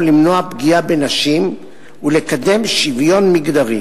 למנוע פגיעה בנשים ולקדם שוויון מגדרי.